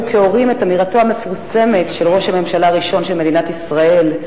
כהורים את אמירתו המפורסמת של ראש הממשלה הראשון של מדינת ישראל,